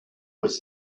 was